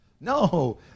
No